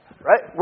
right